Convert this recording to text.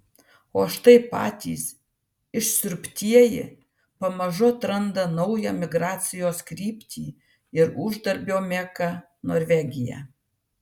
o štai patys išsiurbtieji pamažu atranda naują migracijos kryptį ir uždarbio meką norvegiją